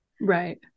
Right